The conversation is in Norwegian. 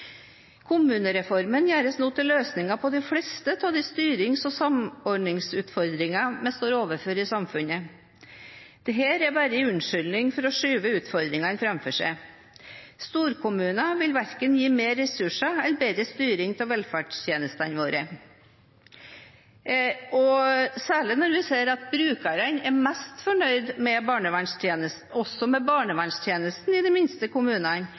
Kommunereformen gjøres nå til løsningen på de fleste av de styrings- og samordningsutfordringene vi står overfor i samfunnet. Dette er bare en unnskyldning for å skyve utfordringene foran seg. Storkommuner vil gi verken mer ressurser eller bedre styring av velferdstjenestene våre. Særlig når vi ser at brukerne er mest fornøyd også med barnevernstjenesten i de minste kommunene,